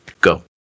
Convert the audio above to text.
Go